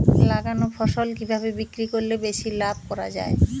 লাগানো ফসল কিভাবে বিক্রি করলে বেশি লাভ করা যায়?